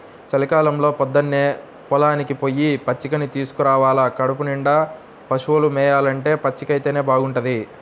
చలికాలంలో పొద్దన్నే పొలానికి పొయ్యి పచ్చికని తీసుకురావాల కడుపునిండా పశువులు మేయాలంటే పచ్చికైతేనే బాగుంటది